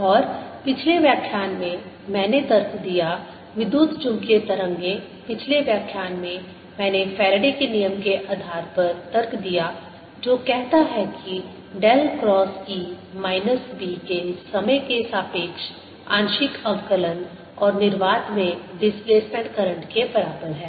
और पिछले व्याख्यान में मैंने तर्क दिया विद्युत चुम्बकीय तरंगें पिछले व्याख्यान में मैंने फैराडे के नियम Faraday's law के आधार पर तर्क दिया जो कहता है कि del cross E minus B के समय के सापेक्ष आंशिक अवकलन और निर्वात में डिस्प्लेसमेंट करंट के बराबर है